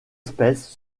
espèces